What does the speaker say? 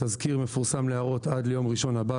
התזכיר מפורסם להערות עד ליום ראשון הבא,